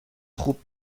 خوب